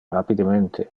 rapidemente